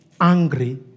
angry